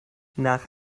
nach